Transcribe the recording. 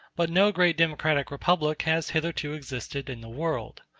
but no great democratic republic has hitherto existed in the world.